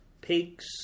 pigs